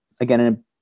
again